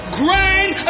grind